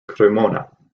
cremona